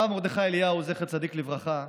הרב מרדכי אליהו, זכר צדיק לברכה,